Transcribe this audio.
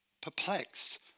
perplexed